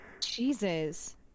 Jesus